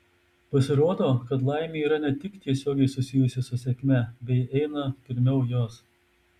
pasirodo kad laimė yra ne tik tiesiogiai susijusi su sėkme bei eina pirmiau jos